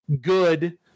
good